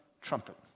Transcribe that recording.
trumpet